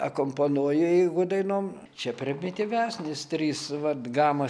akompanuoju jeigu dainom čia primityvesnis trys vat gamos